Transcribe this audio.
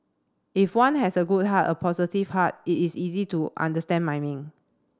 if one has a good heart a positive heart it is easy to understand miming